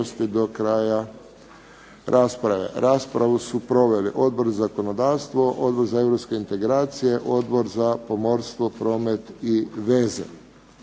do kraja rasprave. Raspravu su proveli Odbor za zakonodavstvo, Odbor za europske integracije, Odbor za pomorstvo, promet i veze.